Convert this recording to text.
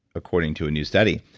according to a new study.